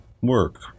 work